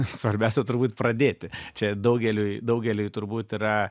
svarbiausia turbūt pradėti čia daugeliui daugeliui turbūt yra